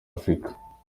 afurika